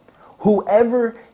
whoever